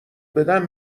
بدم